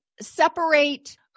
separate